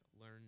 learn